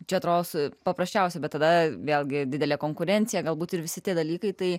čia trosų paprasčiausiai bet tada vėlgi didelė konkurencija galbūt ir visi tie dalykai tai